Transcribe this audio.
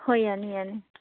ꯍꯣꯏ ꯌꯥꯅꯤ ꯌꯥꯅꯤ